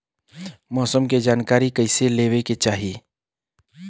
मौसम के जानकारी कईसे लेवे के चाही?